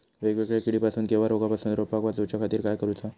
वेगवेगल्या किडीपासून किवा रोगापासून रोपाक वाचउच्या खातीर काय करूचा?